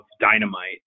Dynamite